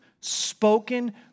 spoken